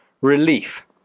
relief